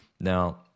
now